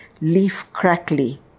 leaf-crackly